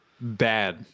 bad